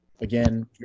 Again